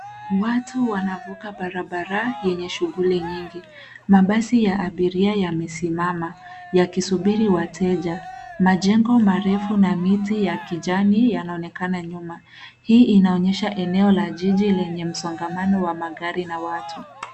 Watu wanavuka barabara yenye shughuli nyingi. Mabasi ya abiria yamesimama yakisubiri wateja. Majengo marefu na miti ya kijani yanaonekana nyuma. Hii inaonyesha eneo la jiji lenye msongamano wa magari na watu.